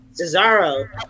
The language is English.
Cesaro